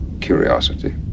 curiosity